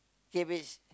cabbage